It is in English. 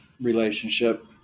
relationship